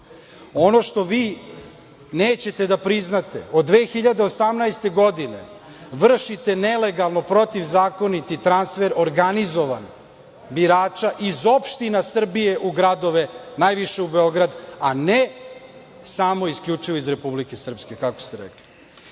što vi nećete da priznate, od 2018. godine vršite nelegalno protivzakoniti transfer, organizovan, birača iz opština Srbije u gradove, najviše u Beograd, a ne samo isključivo iz Republike Srpske, kako ste rekli. Kako